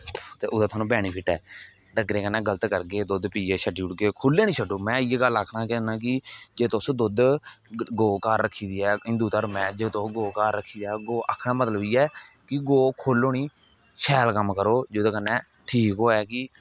ओहदा आसेंगी बैनीफिट ऐ खुल्ले नेई छड्डो में तुसेगी इयै गल्ल आक्खना कि जेकर तुस दुद्ध गो घार रक्खी दी ऐ हिंदू घर्म ऐ जेकर तुसे गौ घार रक्खी दी ऐ गौ आक्खने दा मतलब इयै कि गौ खोहलो नेई शैल कम्म करो जेहदे कन्ने है कि